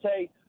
say